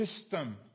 system